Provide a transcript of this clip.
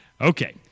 Okay